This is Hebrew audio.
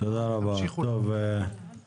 בבקשה, מילכה.